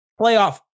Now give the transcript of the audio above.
playoff